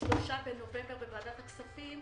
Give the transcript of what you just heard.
ב-3 בנובמבר בוועדת הכספים